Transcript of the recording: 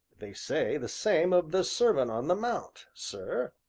they say the same of the sermon on the mount sir,